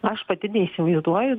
aš pati neįsivaizduoju